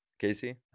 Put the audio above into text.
Casey